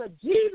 Jesus